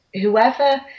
whoever